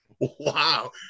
Wow